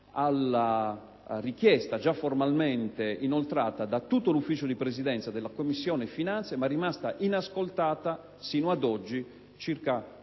alla richiesta già formalmente inoltrata da tutto l'Ufficio di Presidenza della Commissione finanze, ma rimasta inascoltata sino ad oggi, a circa